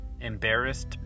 embarrassed